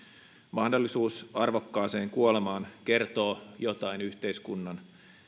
mahdollisuus arvokkaaseen kuolemaan kertoo jotain yhteiskunnan